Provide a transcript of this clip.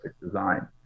design